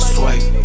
Swipe